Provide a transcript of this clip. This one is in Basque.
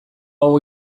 hau